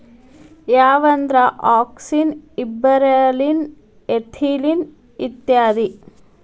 ಯಾವಂದ್ರ auxin, gibberellin, ethylene ಇತ್ಯಾದಿ